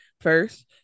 first